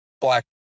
Black